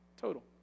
Total